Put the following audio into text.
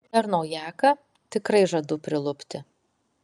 per naujaką tikrai žadu prilupti